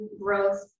growth